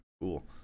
cool